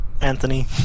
Anthony